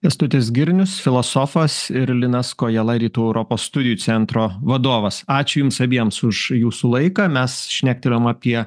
kęstutis girnius filosofas ir linas kojala rytų europos studijų centro vadovas ačiū jums abiems už jūsų laiką mes šnektelėjom apie